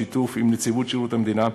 בשיתוף עם נציבות שירות המדינה,